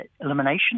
elimination